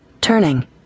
Turning